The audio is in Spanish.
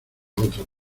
otra